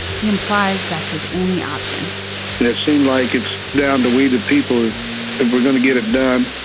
he implies that's his only option and it seemed like it's down to we the people if we're going to get it done.